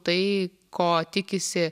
tai ko tikisi